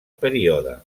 període